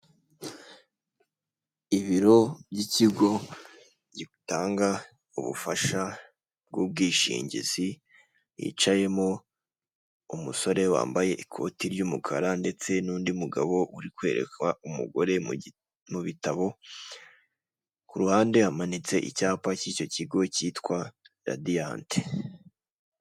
Ibiro by'ikigo gitanga ubufasha bw'ubwishingizi, hicayemo umusore wambaye ikoti ry'umukara ndetse n'undi mugabo uri kwereka umugore mu bitabo, ku ruhande hamanitse icyapa cy'icyo kigo cyitwa radiyanti.